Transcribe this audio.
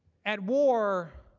at war,